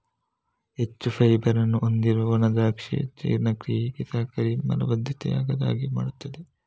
ಹೆಚ್ಚು ಫೈಬರ್ ಅನ್ನು ಹೊಂದಿರುವ ಒಣ ದ್ರಾಕ್ಷಿಯು ಜೀರ್ಣಕ್ರಿಯೆಗೆ ಸಹಕರಿಸಿ ಮಲಬದ್ಧತೆ ಆಗದ ಹಾಗೆ ಮಾಡ್ತದೆ